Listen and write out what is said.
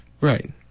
Right